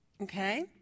Okay